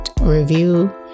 review